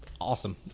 awesome